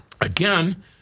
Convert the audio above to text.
Again